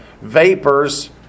vapors